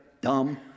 dumb